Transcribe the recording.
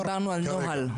דיברנו על נוהל.